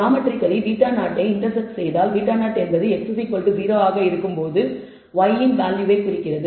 geometrically β0 ஐ intercept செய்தால் β0 என்பது x0 ஆக இருக்கும்போது y இன் வேல்யூவை குறிக்கிறது